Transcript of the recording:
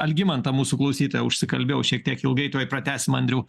algimantą mūsų klausytoją užsikalbėjau šiek tiek ilgai tuoj pratęsim andriau